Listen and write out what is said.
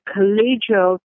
collegial